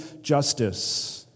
justice